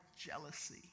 jealousy